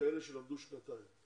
כאלה שלמדו שנתיים.